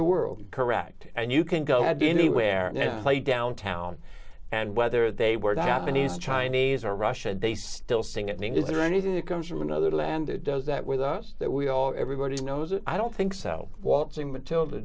the world correct and you can go anywhere now play downtown and whether they were to happen even chinese or russian they still sing it means is there anything that comes from another land it does that with us that we all everybody knows i don't think so what sing matilda